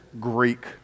Greek